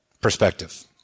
Perspective